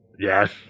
Yes